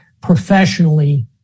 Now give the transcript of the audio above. professionally